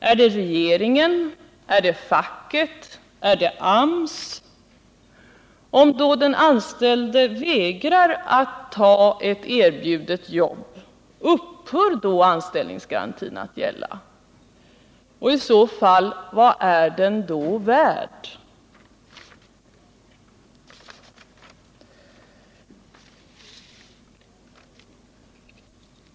Är det regeringen, är det facket eller är det AMS? Om den anställde vägrar att ta ett erbjudet jobb, upphör då anställningsgarantin att gälla? Och vad är den i så fall värd?